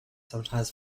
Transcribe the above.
sometimes